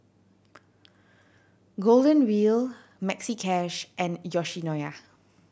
Golden Wheel Maxi Cash and Yoshinoya